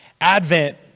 Advent